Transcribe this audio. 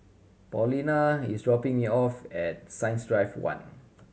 Paulina is dropping me off at Science Drive One